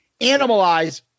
animalize